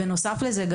בנוסף לזה,